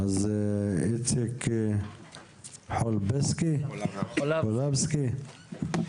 איציק חולבסקי, בבקשה.